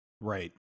Right